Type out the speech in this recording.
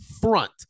front